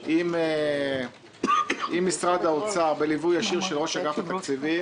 עם משרד האוצר בליווי ישיר של ראש אגף התקציבים